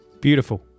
Beautiful